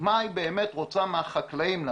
מה היא באמת רוצה מהחקלאים.